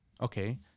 Okay